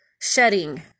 shedding